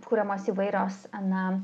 kuriamos įvairios na